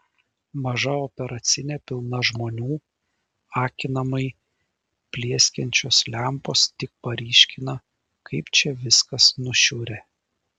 maža operacinė pilna žmonių akinamai plieskiančios lempos tik paryškina kaip čia viskas nušiurę